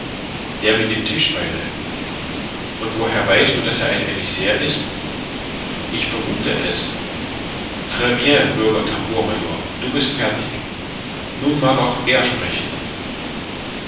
der mit dem tischbeine woher weißt du daß er ein emissair ist ich vermuthe es trs bien bürger tambour major du bist fertig nun mag auch er sprechen